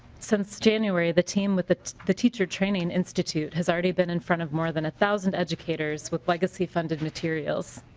since january the team with the the teacher training institute has arty been in front of more than one thousand educators would legacy funded materials.